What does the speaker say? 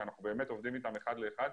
שאנחנו באמת עובדים איתם אחד לאחד,